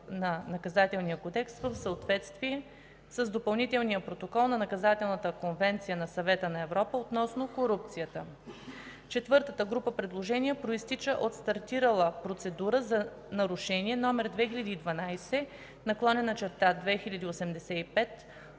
на Наказателния кодекс в съответствие с Допълнителния протокол към Наказателната конвенция на Съвета на Европа относно корупцията. - Четвъртата група предложения произтича от стартирала процедура за нарушение № 2012/2085